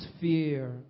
fear